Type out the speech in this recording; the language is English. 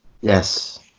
Yes